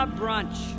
brunch